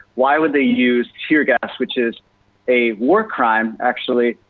why would they use tear gas, which is a war crime, actually,